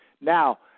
Now